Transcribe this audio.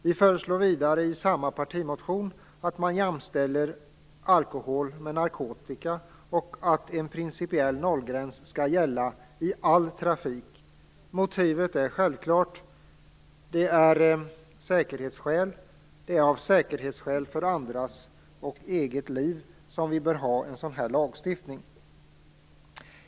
Vi föreslår vidare i samma partimotion att man jämställer alkohol med narkotika och att en principiell nollgräns skall gälla i all trafik. Motivet är självklart - det är säkerhet. För att säkra våra egna och andras liv bör vi ha en sådan här lagstiftning.